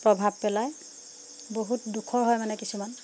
প্ৰভাৱ পেলায় বহুত দুখৰ হয় মানে কিছুমান